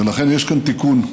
ולכן יש כאן תיקון,